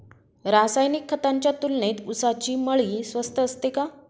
रासायनिक खतांच्या तुलनेत ऊसाची मळी स्वस्त असते का?